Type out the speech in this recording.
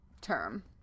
term